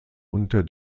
unter